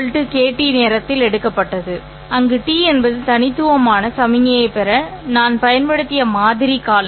இது t kT நேரத்தில் எடுக்கப்பட்டது அங்கு T என்பது தனித்துவமான சமிக்ஞையைப் பெற நான் பயன்படுத்திய மாதிரி காலம்